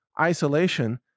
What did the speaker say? isolation